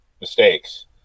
mistakes